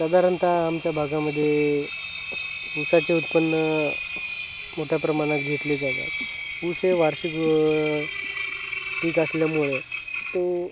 साधारणतः आमच्या भागामध्ये उसाचे उत्पन्न मोठ्या प्रमाणात घेतले जातात उस हे वार्षिक पीक असल्यामुळे तो